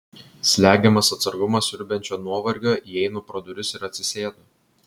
slegiamas atsargumą siurbiančio nuovargio įeinu pro duris ir atsisėdu